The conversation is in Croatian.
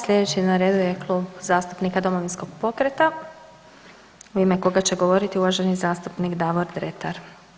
Slijedeći na redu je Klub zastupnika Domovinskog pokreta, u ime koga će govoriti uvaženi zastupnik Davor Dretar.